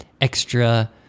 extra